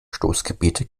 stoßgebete